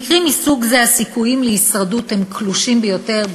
במקרים מסוג זה הסיכויים להישרדות הם קלושים ביותר,